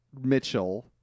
mitchell